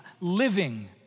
living